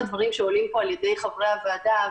בגלל הדברים שעמד עליהם יו"ר הוועדה,